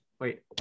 Wait